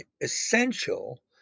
essential